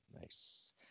nice